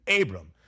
Abram